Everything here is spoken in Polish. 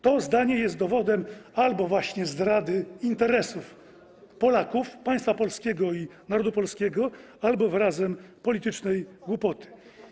To zdanie jest albo dowodem zdrady interesów Polaków, państwa polskiego i narodu polskiego, albo wyrazem politycznej głupoty.